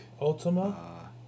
Ultima